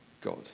God